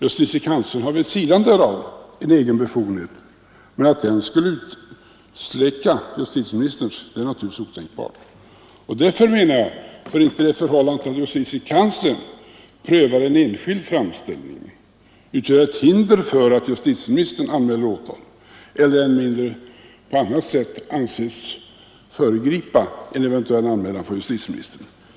Vid sidan härav har justitiekanslern en egen befogenhet, men att den skulle utsläcka justitieministerns är naturligtvis otänkbart. Och därför menar jag att det förhållandet att justitiekanslern prövar en enskild framställning inte utgör hinder för att justitieministern anmäler åtal och än mindre kan anses föregripa en eventuell anmälan från justitieministern.